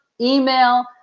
email